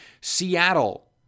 Seattle